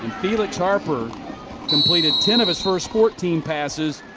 felix harper completed ten of his first fourteen passes,